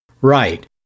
Right